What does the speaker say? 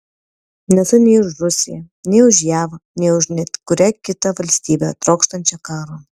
nesu nei už rusiją nei už jav nei už net kurią kitą valstybę trokštančią karo